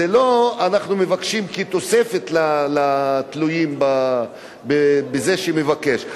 אנחנו לא מבקשים כתוספת לתלויים בזה שמבקש,